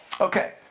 Okay